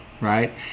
right